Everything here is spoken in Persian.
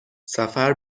سفر